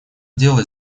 дело